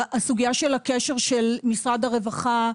הסוגיה של הקשר של משרד הרווחה,